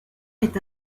est